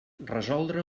resoldre